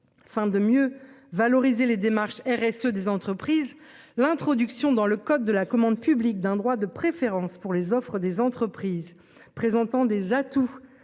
Enfin de mieux valoriser les démarches RSE des entreprises l'introduction dans le code de la commande publique d'un droit de préférence pour les offres des entreprises présentant des atouts en